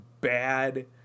bad